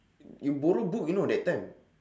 you borrow book you know that time